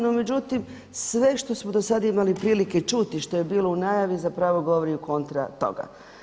No međutim, sve što smo do sad imali prilike čuti što je bilo u najavi zapravo govori kontra toga.